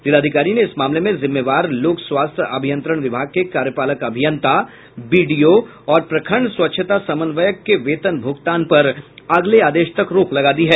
जिलाधिकारी ने इस मामले में जिम्मेवार लोक स्वास्थ्य अभियंत्रण विभाग के कार्यपालक अभियंता बीडीओ और प्रखंड स्वच्छता समन्व्यक के वेतन भूगतान पर अगले आदेश तक रोक लगा दी है